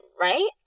Right